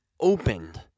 opened